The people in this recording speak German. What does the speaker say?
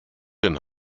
den